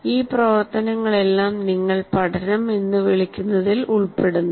ഈ പ്രവർത്തനങ്ങളെല്ലാം നിങ്ങൾ പഠനം എന്ന് വിളിക്കുന്നതിൽ ഉൾപ്പെടുന്നു